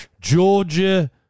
Georgia